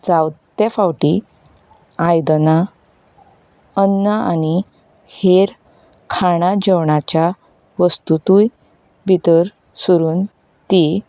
जायते फावटी आयदनां अन्न आनी हेर खाणां जेवणांच्या वस्तुंतूय भितर सरून तीं